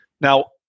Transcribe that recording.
Now